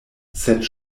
sed